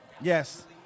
Yes